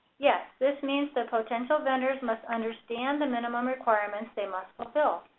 yes. this means the potential vendors must understand the minimum requirements they must fulfill.